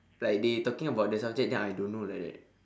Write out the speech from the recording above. like they talking about the subject then I don't know like that